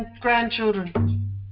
grandchildren